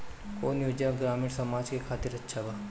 कौन योजना ग्रामीण समाज के खातिर अच्छा बा?